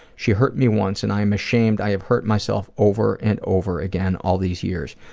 she hurt me once and i'm ashamed i have hurt myself over and over again all these years.